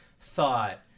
thought